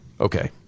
Okay